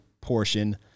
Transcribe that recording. portion